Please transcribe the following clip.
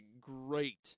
great